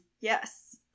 Yes